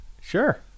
Sure